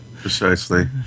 Precisely